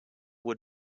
were